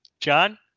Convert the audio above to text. John